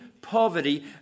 poverty